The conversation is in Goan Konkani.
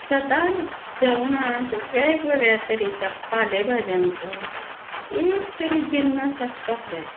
सदांत जेवणांत वेगवेगळ्या तरेच्या पाले भाज्यांचो एक तरी जिन्नस आसपाक जाय